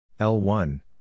L1